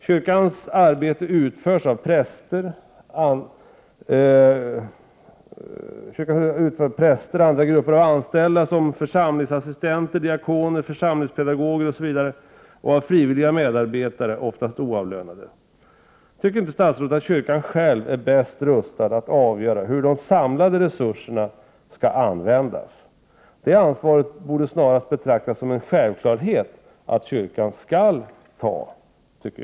Kyrkans arbete utförs av präster och andra grupper av anställda som församlingsassistenter, diakoner, församlingspedagoger osv. och av frivilliga medarbetare, oftast oavlönade. Anser inte statsrådet att kyrkan själv är bäst rustad att avgöra hur de samlade resurserna skall användas? Det borde snarast betraktas som en självklarhet att kyrkan tar detta ansvar.